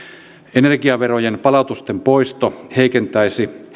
energiaverojen palautusten poisto heikentäisi